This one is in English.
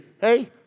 Hey